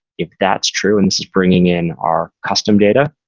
if that's true and this is bringing in our custom data,